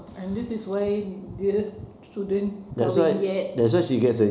and this is why dia shouldn't come in yet